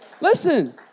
Listen